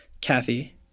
Kathy